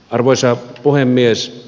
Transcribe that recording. arvoisa puhemies